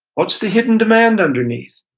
what's the hidden demand underneath?